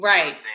Right